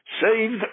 saved